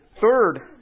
third